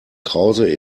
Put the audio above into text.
krause